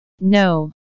no